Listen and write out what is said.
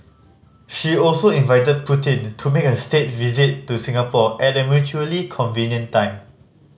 she also invited Putin to make a state visit to Singapore at a mutually convenient time